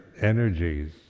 energies